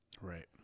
right